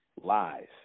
lies